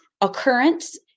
occurrence